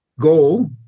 goal